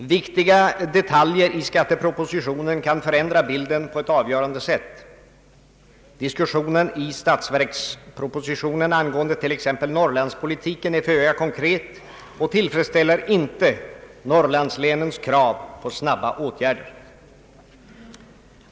Viktiga detaljer i skattepropositionen kan förändra bilden på ett avgörande sätt. Diskussionen i = statsverkspropositionen angående t.ex. Norrlandspolitiken är föga konkret och tillfredsställer inte Norrlandslänens krav på snabba åtgäder.